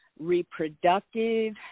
reproductive